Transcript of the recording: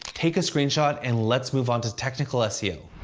take a screenshot and let's move on to technical seo.